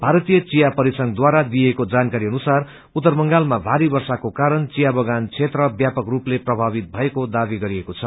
भरतीय चिया परिसंघ द्वारा दिइएको जानाकारी अनुसार उत्तर बंगालमा भारी वर्षाको कारण चिया बगान क्षेत्र वपक रूपले प्रभावित भएको दावी गरिएको छ